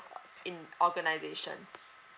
in organizations